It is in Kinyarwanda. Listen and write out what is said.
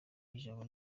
ijabo